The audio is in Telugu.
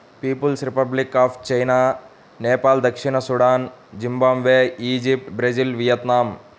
peoples Republic of China, Nepal దక్షిణ Sudan, Zimbabwe, Egypt, Brazil, Vietnam